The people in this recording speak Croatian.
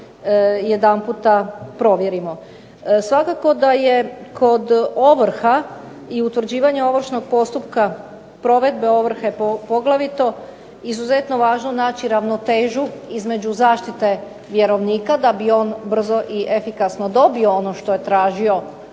jedanputa provjerimo. Svakako da je kod ovrha i utvrđivanja ovršnog postupka, provedbe ovrhe poglavito izuzetno važno naći ravnotežu između zaštite vjerovnika, da bi on brzo i efikasno dobio ono što je tražio